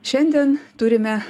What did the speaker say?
šiandien turime